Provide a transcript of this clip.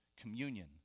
communion